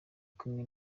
kumwe